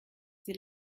sie